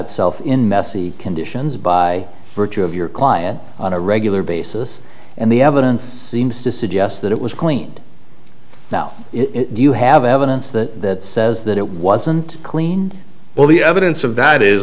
itself in messy conditions by virtue of your client on a regular basis and the evidence seems to suggest that it was clean now do you have evidence that says that it wasn't cleaned all the evidence of that is